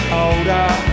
older